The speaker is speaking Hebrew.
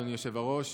אדוני היושב-ראש,